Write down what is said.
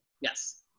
Yes